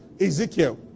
Ezekiel